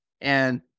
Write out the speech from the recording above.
And-